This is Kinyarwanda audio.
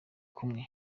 kumwe